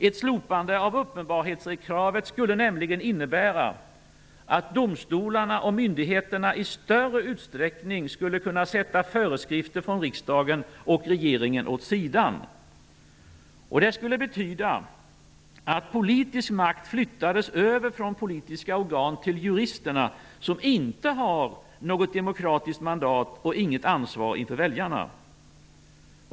Ett slopande av uppenbarhetskravet skulle nämligen innebära att domstolarna och myndigheterna i större utsträckning skulle kunna sätta föreskrifter från riksdagen och regeringen åt sidan. Det skulle betyda att politisk makt flyttades över från politiska organ till juristerna, som inte har något demokratiskt mandat eller ansvar inför väljarna.